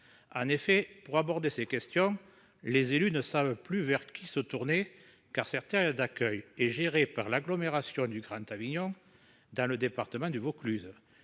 En effet pour aborder ces questions. Les élus ne savent plus vers qui se tourner, car certains d'accueil est géré par l'agglomération du Grand Avignon dans le département du Vaucluse.